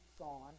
on